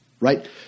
right